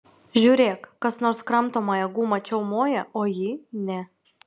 žiūrėk kas nors kramtomąją gumą čiaumoja o ji ne